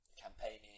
campaigning